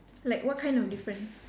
like what kind of difference